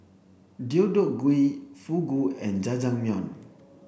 Deodeok Gui Fugu and Jajangmyeon